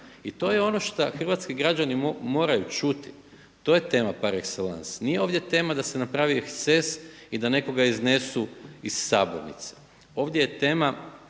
I to je ono što hrvatski građani moraju čuti, to je tema par exelance. Nije ovdje tema da se napravi eksces i da nekoga iznesu iz sabornice. Ovdje je tema